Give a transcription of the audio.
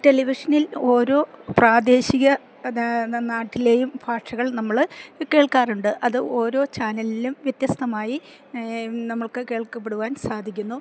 ടെലിവിഷനിൽ ഓരോ പ്രാദേശിക നാട്ടിലേയും ഭാഷകൾ നമ്മള് കേൾക്കാറുണ്ട് അത് ഓരോ ചാനലിലും വ്യത്യസ്തമായി നമ്മൾക്ക് കേൾക്കപ്പെടുവാൻ സാധിക്കുന്നു